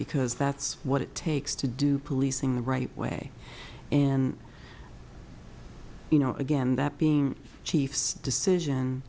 because that's what it takes to do policing the right way and you know again that being chief's decision